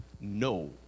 no